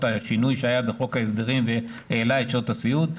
השינוי שהיה בחוק ההסדרים והעלה את שעות הסיעוד,